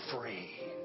free